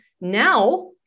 now